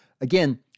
Again